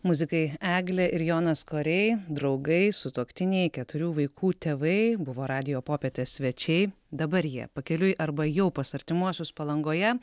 muzikai eglė ir jonas koriai draugai sutuoktiniai keturių vaikų tėvai buvo radijo popietės svečiai dabar jie pakeliui arba jau pas artimuosius palangoje